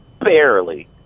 barely